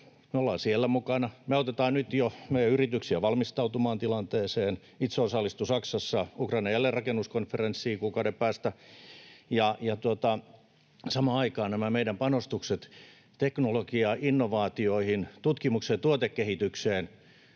Me ollaan siellä mukana. Me autetaan nyt jo meidän yrityksiämme valmistautumaan tilanteeseen. Itse osallistun Saksassa Ukrainan jälleenrakennuskonferenssiin kuukauden päästä, ja samaan aikaan nämä meidän panostuksemme teknologiaan, innovaatioihin, tutkimukseen ja tuotekehitykseen,